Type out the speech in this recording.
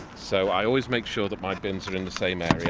so, i always make sure that my bins are in the same area.